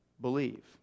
believe